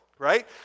right